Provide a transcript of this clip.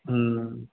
हूं